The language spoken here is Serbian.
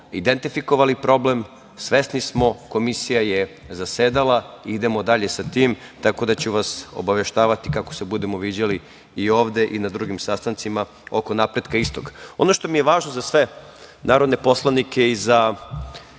identifikovali problem. Svesni smo, Komisija je zasedala i idemo dalje sa tim. Tako da ću vas obaveštavati kako se budemo viđali i ovde i na drugim sastancima oko napretka istog. Ono što mi je važno za sve narodne poslanike i za